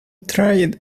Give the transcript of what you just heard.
tried